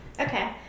Okay